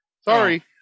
Sorry